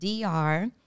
DR